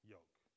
yoke